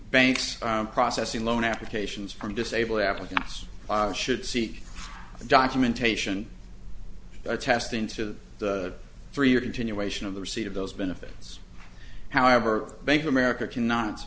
banks processing loan applications from disabled africanus should seek documentation attesting to the three year continuation of the receipt of those benefits however bank of america cannot